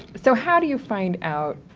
so how do you find out,